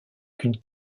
qu’une